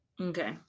okay